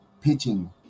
pitching